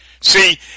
See